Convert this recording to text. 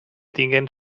tinguen